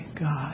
God